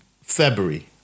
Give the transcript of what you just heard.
February